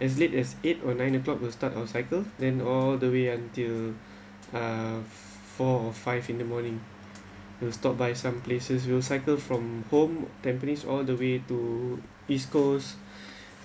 as late as eight or nine O clock will start our cycle then all the way until uh four or five in the morning we'll stop by some places we will cycle from home Tampines all the way to east coast